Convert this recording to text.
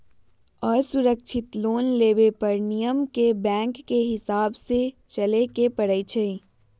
असुरक्षित लोन लेबे पर नियम के बैंकके हिसाबे से चलेए के परइ छै